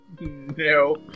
No